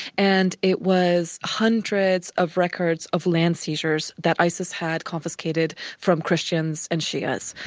and it was hundreds of records of land seizures that isis had confiscated from christians and shias.